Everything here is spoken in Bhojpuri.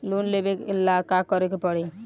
लोन लेबे ला का करे के पड़ी?